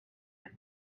him